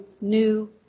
new